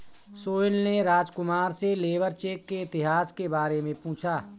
सोहेल ने राजकुमार से labour check के इतिहास के बारे में पूछा